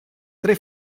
tre